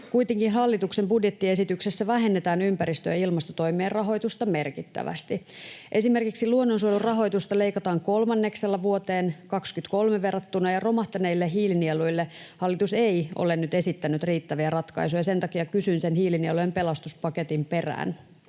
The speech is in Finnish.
Kuitenkin hallituksen budjettiesityksessä vähennetään ympäristö- ja ilmastotoimien rahoitusta merkittävästi. Esimerkiksi luonnonsuojelun rahoitusta leikataan kolmanneksella vuoteen 23 verrattuna, ja romahtaneille hiilinieluille hallitus ei ole nyt esittänyt riittäviä ratkaisuja — sen takia kysyn sen hiilinielujen pelastuspaketin perään,